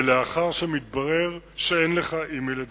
ולאחר שמתברר שאין לך עם מי לדבר.